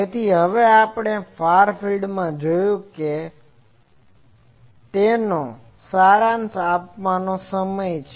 તેથી હવે આપણે ફાર ફિલ્ડમાં જે જોયું છે તેનો સારાંશ આપવાનો સમય છે